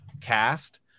cast